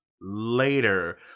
Later